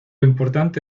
importante